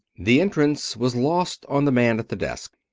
the entrance was lost on the man at the desk.